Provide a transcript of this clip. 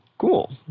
cool